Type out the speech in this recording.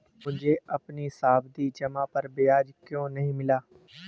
मुझे अपनी सावधि जमा पर ब्याज क्यो नहीं मिला?